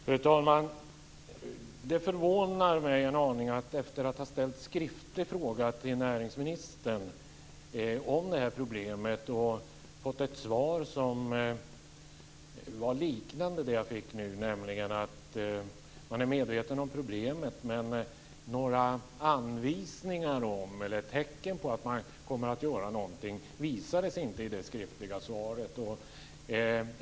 Fru talman! Det förvånar mig en aning, efter att jag har ställt en skriftlig fråga till näringsministern om detta problem och fått ett svar som liknade det jag fick nu, nämligen att man är medveten om problemet. Men några anvisningar om eller tecken på att man kommer att göra någonting visar inte det skriftliga svaret.